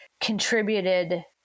contributed